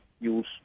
use